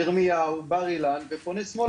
ירמיהו, בר אילן ופונה שמאלה.